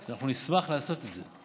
אנחנו נשמח לעשות את זה.